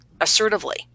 assertively